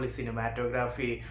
Cinematography